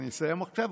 אני אסיים עכשיו.